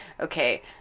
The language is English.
okay